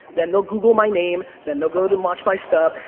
then they'll google my name, then they'll go to and launch my stuff,